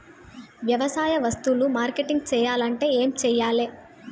వ్యవసాయ వస్తువులు మార్కెటింగ్ చెయ్యాలంటే ఏం చెయ్యాలే?